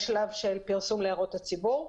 יש שלב של פרסום להערות הציבור,